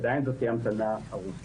עדיין זאת תהיה המתנה ארוכה.